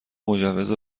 مجوز